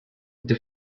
into